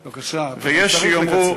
בבקשה, צריך לקצר.